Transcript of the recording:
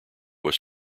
was